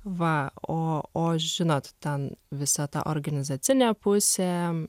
va o o žinot ten visa ta organizacinė pusė